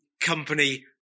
company